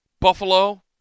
Buffalo